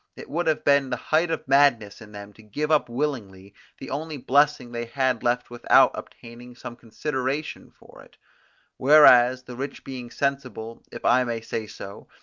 it would have been the height of madness in them to give up willingly the only blessing they had left without obtaining some consideration for it whereas the rich being sensible, if i may say so,